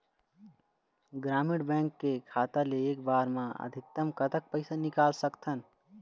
ग्रामीण बैंक के खाता ले एक बार मा अधिकतम कतक पैसा निकाल सकथन?